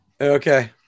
Okay